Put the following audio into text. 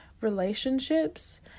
relationships